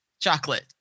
chocolate